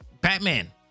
Batman